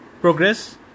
progress